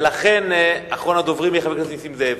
ולכן אחרון הדוברים יהיה חבר הכנסת נסים זאב.